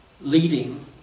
leading